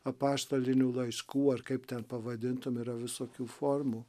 apaštalinių laiškų ar kaip ten pavadintum yra visokių formų